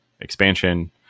expansion